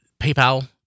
PayPal